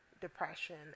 depression